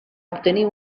obtenir